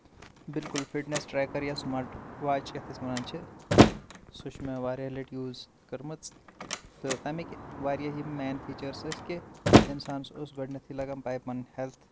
بِلکُل fitness tracker یا smart watch یتھ أسۍ وَنان چھِ سۄ چھ مےٚ واریاہ لٹہِ یوٗز کٔرمٕژ تہِ تمیکۍ یم واریاہ مین فیچٲرٕس ٲس کہِ اِنسانس اوس گوٚڈٕنیٚتھٕے لگان پاے پنٕنۍ ہیٚلٕتھ